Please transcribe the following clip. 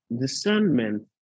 discernment